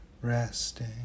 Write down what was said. Resting